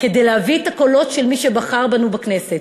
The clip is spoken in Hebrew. כדי להביא את הקולות של מי שבחר בנו לכנסת,